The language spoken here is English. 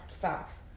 facts